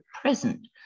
present